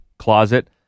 closet